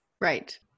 right